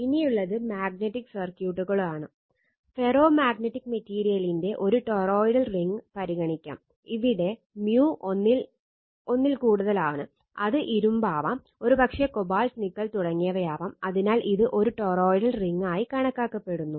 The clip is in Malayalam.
ഇനിയുള്ളത് മാഗ്നറ്റിക് സർക്യൂട്ടുകൾ ആയി കണക്കാക്കപ്പെടുന്നു